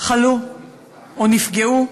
חלו או נפגעו,